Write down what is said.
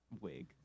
wig